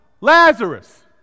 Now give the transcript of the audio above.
Lazarus